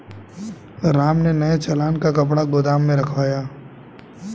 राम ने नए चालान का कपड़ा गोदाम में रखवाया